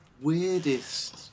weirdest